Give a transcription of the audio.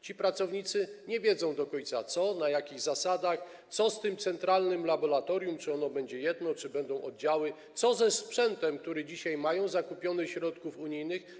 Ci pracownicy nie wiedzą do końca, na jakich zasadach, co z tym centralnym laboratorium, czy ono będzie jedno, czy będą oddziały, co ze sprzętem, który dzisiaj mają zakupiony ze środków unijnych.